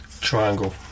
Triangle